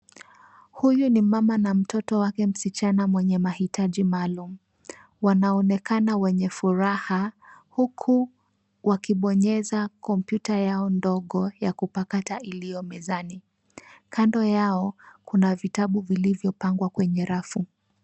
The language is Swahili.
Huyu ni mama na msichana wake mwenye mahitaji maalum. Wanaonekana wenye furaha huku wakibonyeza kompyuta yao ndogo ya kupakata iliyo mezani. Kando yao kuna vitabu vilivyopangwa kwenye rafu.